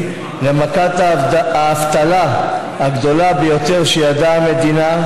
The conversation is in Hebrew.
למכת האבטלה הגדולה ביותר שידעה המדינה?